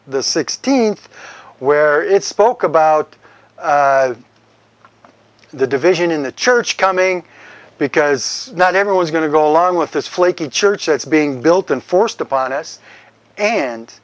the sixteenth where it spoke about the division in the church coming because not everyone is going to go along with this flaky church that's being built and forced upon us and